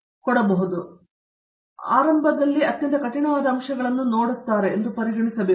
professor Shrikanth Vedantam ಆದ್ದರಿಂದ ನೀವು ಆರಂಭದಲ್ಲಿ ಅತ್ಯಂತ ಕಠಿಣವಾದ ಅಂಶಗಳನ್ನು ಮಾಡಿದ್ದೀರಿ ಎಂದು ಪರಿಗಣಿಸಿ